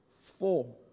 Four